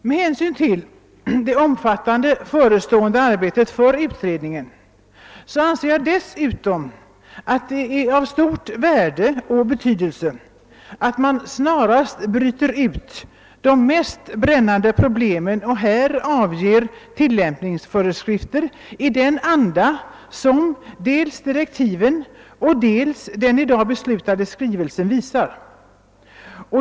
Med hänsyn till det omfattande förestående arbetet för utredningen anser jag dessutom att det är av stort värde att man snarast bryter ut de mest brännande problemen och utfärdar tillämpningsföreskrifter i den anda som dels direktiven, dels den i dag förordade skrivelsen anger.